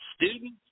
students